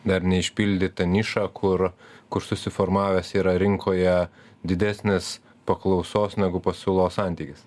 dar neišpildyta niša kur kur susiformavęs yra rinkoje didesnis paklausos negu pasiūlos santykis